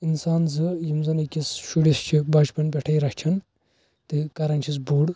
اِنسان زٕ یِم زَن أکِس شُرِس چھِ بَچپَن پٮ۪ٹھے رَچھان تہٕ کران چھِس بوٚڑ